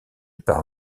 par